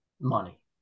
money